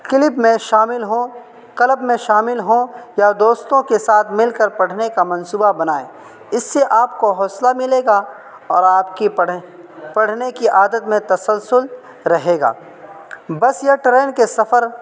clip میں شامل ہوں کلب میں شامل ہوں یا دوستوں کے ساتھ مل کر پڑھنے کا منصوبہ بنائیں اس سے آپ کو حوصلہ ملے گا اور آپ کی پڑھنے کی عادت میں تسلسل رہے گا بس یا ٹرین کے سفر